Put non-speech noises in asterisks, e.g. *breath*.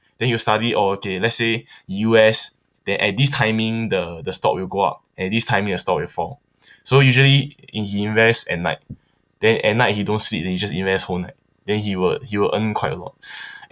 then he will study oh okay let's say U_S then at this timing the the stock will go up at this timing the stock will fall *breath* so usually he invest at night then at night he don't sleep and he just invest whole night then he will he will earn quite a lot *breath* and